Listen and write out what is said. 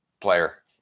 player